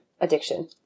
addiction